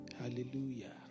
Hallelujah